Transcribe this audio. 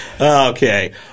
okay